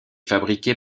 fabriqué